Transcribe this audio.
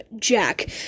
Jack